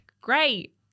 great